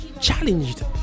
challenged